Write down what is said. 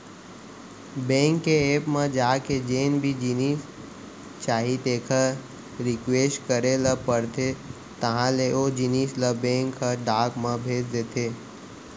bank के app म जाके जेन भी जिनिस चाही तेकर रिक्वेस्ट करे ल परथे तहॉं ले ओ जिनिस ल बेंक ह डाक म भेज देथे